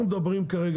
אנחנו מדברים כרגע,